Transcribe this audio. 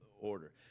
order